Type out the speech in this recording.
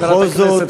בכל זאת,